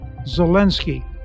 Zelensky